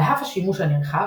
על אף השימוש הנרחב,